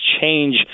change